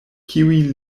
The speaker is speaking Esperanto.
kiuj